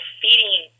feeding